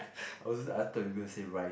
I was I thought you gonna say rice